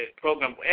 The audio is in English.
program